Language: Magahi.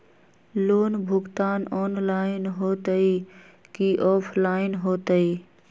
लोन भुगतान ऑनलाइन होतई कि ऑफलाइन होतई?